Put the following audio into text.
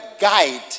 guide